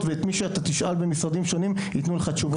ואת מי שאתה תשאל במשרדים שונים יתנו לך תשובות שונות.